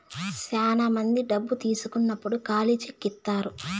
శ్యానా మంది డబ్బు తీసుకున్నప్పుడు ఖాళీ చెక్ ఇత్తారు